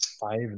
Five